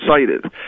cited